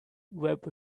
web